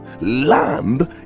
Land